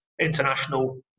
international